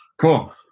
Cool